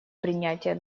принятия